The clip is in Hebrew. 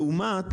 לעומת,